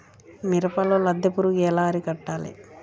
మిరపలో లద్దె పురుగు ఎలా అరికట్టాలి?